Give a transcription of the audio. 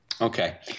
Okay